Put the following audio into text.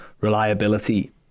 reliability